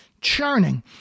churning